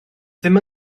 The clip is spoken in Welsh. ddim